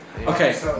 Okay